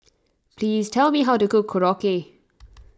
please tell me how to cook Korokke